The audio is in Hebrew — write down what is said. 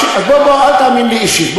בוא, אל תאמין לי אישית.